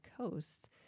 coast